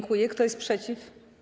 Kto jest przeciw?